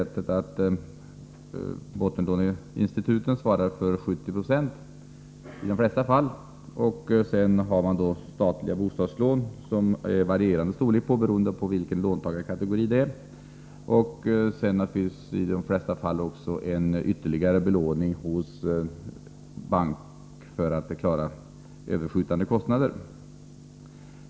Som det nu är, svarar bottenlåneinstituten i de flesta fall för 70 260. Sedan har man statliga bostadslån av varierande storlek, beroende på låntagarkategori. I de flesta fall har man också ytterligare belåning hos bank för att klara överskjutande kostnader.